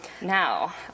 Now